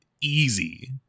easy